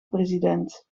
president